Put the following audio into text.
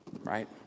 right